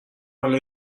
حالا